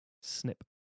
snip